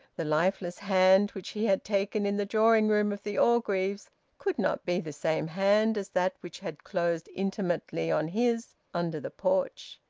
the lifeless hand which he had taken in the drawing-room of the orgreaves could not be the same hand as that which had closed intimately on his under the porch.